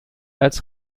als